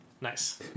Nice